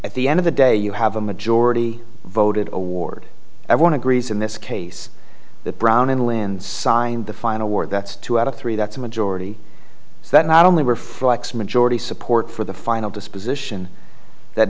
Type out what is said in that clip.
at the end of the day you have a majority voted award i want to greece in this case that brown and land signed the final war that's two out of three that's a majority that not only reflects majority support for the final disposition that